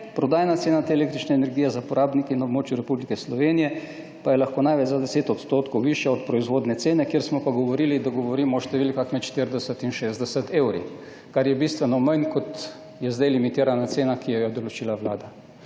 prodajna cena te električne energije za porabnike na območju Republike Slovenije pa je lahko največ za 10 % višja od proizvodne cene,« kjer smo pa rekli, da govorimo o številkah med 40 in 60 evrov, kar je bistveno manj, kot je zdaj limitirana cena, ki jo je določila vlada.